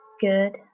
good